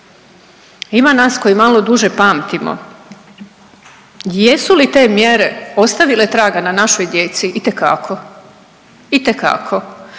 Ima nas koji malo duže pamtimo. Jesu li te mjere ostavile traga na našoj djeci? Itekako, itekako.